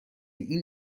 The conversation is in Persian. این